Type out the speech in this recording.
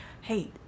hey